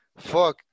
Fuck